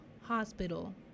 hospital